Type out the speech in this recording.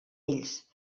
ells